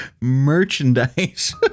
merchandise